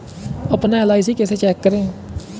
अपना एल.आई.सी कैसे चेक करें?